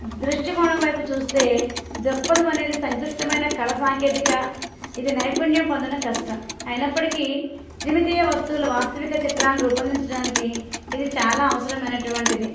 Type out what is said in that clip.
దృష్టి కోణం వైపు చూస్తే దృక్పథం అనేది సంక్లిష్టమైన కళా సాంకేతిక ఇది నైపుణ్యం పొందడం కష్టం అయినప్పటికీ త్రిమితీయ వస్తువులు వాస్తవిక చిత్రాలు రూపొందించడానికి ఇది చాలా అవసరం అయినటువంటిది